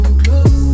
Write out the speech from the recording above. close